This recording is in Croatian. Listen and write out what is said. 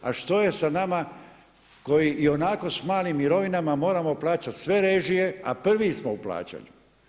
A što je s nama koji ionako s malim mirovinama moramo plaćati sve režije, a prvi smo u plaćanju?